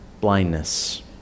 blindness